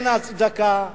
אין הצדקה.